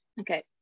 okay